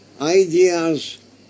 ideas